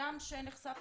כבן-אדם שנחשף